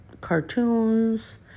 cartoons